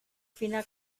fina